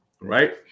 right